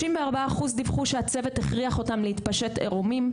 34% דיווחו שהצוות הכריח אותם להתפשט עירומים.